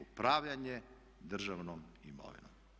Upravljanje državnom imovinom.